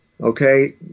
Okay